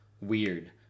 weird